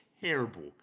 terrible